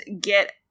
get